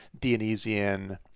Dionysian